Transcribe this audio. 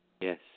Yes